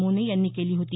मोने यांनी केली होती